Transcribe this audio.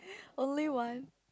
only one